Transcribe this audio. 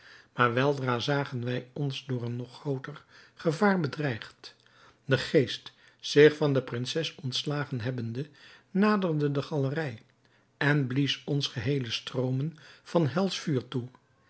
maar weldra zagen wij ons door een nog grooter gevaar bedreigd de geest zich van de prinses ontslagen hebbende naderde de galerij en blies ons geheele stroomen van helsch vuur toe